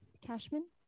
Cashman